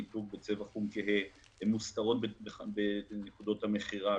הן מוסתרות בנקודות המכירה,